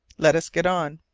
let us get on.